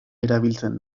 erabiltzen